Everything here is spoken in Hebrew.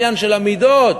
עניין המידות,